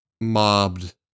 mobbed